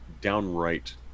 downright